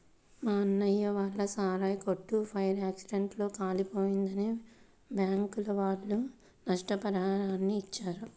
మా అన్నయ్య వాళ్ళ సారాయి కొట్టు ఫైర్ యాక్సిడెంట్ లో కాలిపోయిందని బ్యాంకుల వాళ్ళు నష్టపరిహారాన్ని ఇచ్చారు